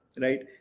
Right